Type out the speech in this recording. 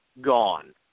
gone